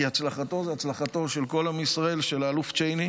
כי הצלחתו של האלוף צ'ייני